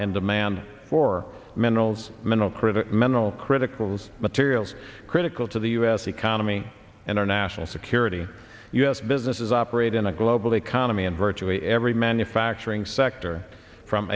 and demand for minerals mineral crittur mineral critical those materials critical to the u s economy and our national security u s businesses operate in a global economy and virtually every manufacturing sector from